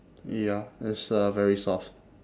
ya it's uh very soft